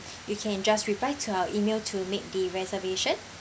you can just reply to our email to make the reservation